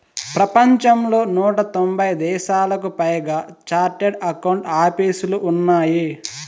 ప్రపంచంలో నూట తొంభై దేశాలకు పైగా చార్టెడ్ అకౌంట్ ఆపీసులు ఉన్నాయి